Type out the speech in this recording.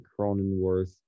Cronenworth